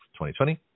2020